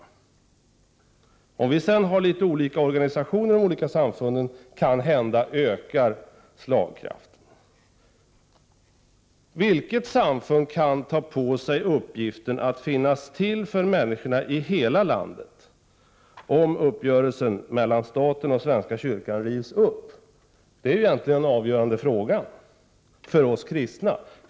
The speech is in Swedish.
Att vi har olika organisationer och olika samfund kanhända ökar slagkraften. Vilket samfund kan för övrigt ta på sig uppgiften att finnas till för människorna i landet i dess helhet, om uppgörelsen mellan staten och svenska kyrkan rivs upp? Det är egentligen den avgörande frågan för oss kristna.